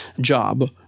job